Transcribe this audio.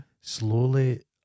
Slowly